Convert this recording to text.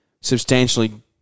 substantially